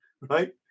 right